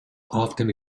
often